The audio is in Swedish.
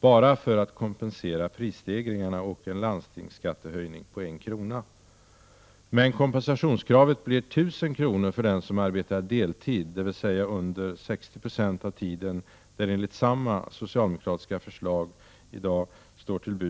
bara för att kompensera prisstegringarna och en landstingsskattehöjning på en krona. Men kompensationskravet blir 1 000 kr. för den som arbetar deltid, dvs. under 60 96 av tiden, enligt samma socialdemokratiska förslag.